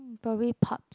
probably pubs